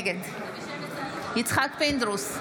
נגד יצחק פינדרוס,